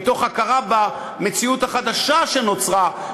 מתוך הכרה במציאות החדשה שנוצרה,